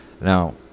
Now